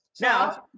Now